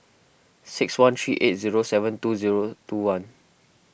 six one three eight zero seven two zero two one